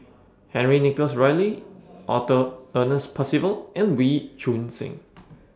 Henry Nicholas Ridley Arthur Ernest Percival and Wee Choon Seng